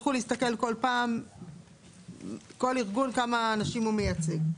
יצטרכו להסתכל כל ארגון כמה אנשים הוא מייצג.